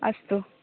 अस्तु